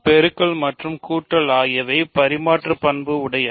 பெருக்கல் மற்றும் கூட்டல் ஆகியவை பரிமாற்று பண்பு உடையன